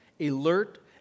alert